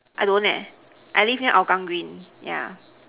I don't I live in Hougang green